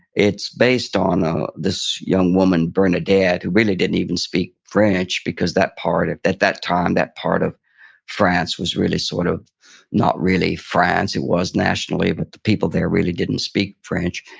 it's based on ah this young woman, bernadette, who really didn't even speak french, because that part, at that that time, that part of france was really sort of not really france. it was nationally, but the people there really didn't speak french.